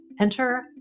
Enter